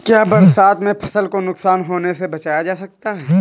क्या बरसात में फसल को नुकसान होने से बचाया जा सकता है?